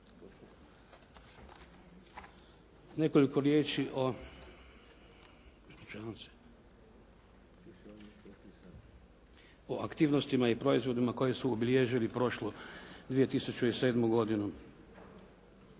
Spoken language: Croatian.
Nekoliko riječi o aktivnostima i proizvodima koji su obilježili prošlu 2007. godinu.